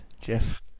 Jeff